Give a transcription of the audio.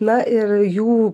na ir jų